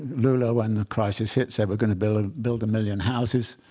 lula, when the crisis hit, said, we're going to build ah build a million houses,